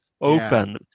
open